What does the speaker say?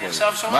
איפה היית?